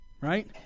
right